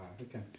okay